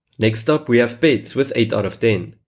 next up we have pets with eight sort of ten.